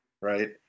right